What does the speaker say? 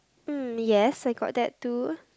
mm yes I got that too